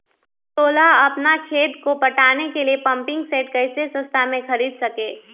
सोलह अपना खेत को पटाने के लिए पम्पिंग सेट कैसे सस्ता मे खरीद सके?